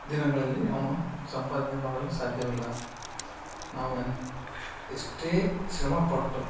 ದಿನಗಳಲ್ಲಿ ಅವನು ಸಂಪಾದನೆ ಮಾಡಲು ಸಾಧ್ಯವಿಲ್ಲ ನಾವು ಎಂತ ಎಷ್ಟೇ ಶ್ರಮ ಪಟ್ಟು